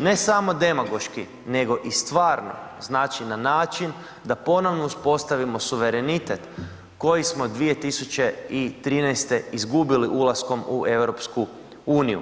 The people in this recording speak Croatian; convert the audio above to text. ne samo demagoški nego i stvarno, znači na način da ponovo uspostavimo suverenitet koji smo 2013. izgubili ulaskom u EU.